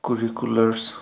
curriculars